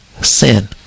sin